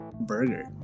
burger